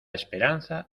esperanza